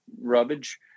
rubbish